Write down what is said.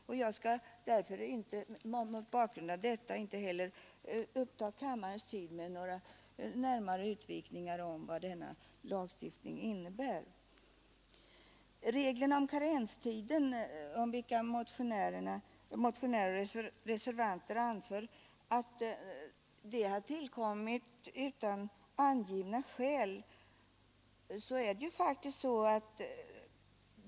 Mot bakgrund härav skall jag inte uppta kammarens tid med några utvikningar om vad den lagstiftningen innebär. Reglerna om karenstiden för utländska studerande säger motionärer och reservanter har tillkommit utan angivande av skäl.